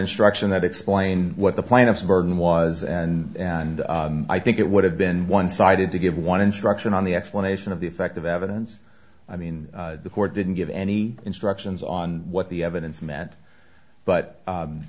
instruction that explained what the plan of suburban was and i think it would have been one sided to give one instruction on the explanation of the effect of evidence i mean the court didn't give any instructions on what the evidence meant but